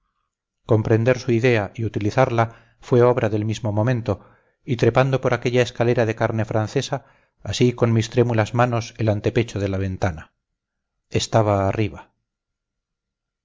comprender su idea y utilizarla fue obra del mismo momento y trepando por aquella escalera de carne francesa así con mis trémulas manos el antepecho de la ventana estaba arriba